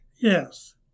Yes